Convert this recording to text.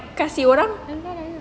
kasi orang